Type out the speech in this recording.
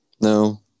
no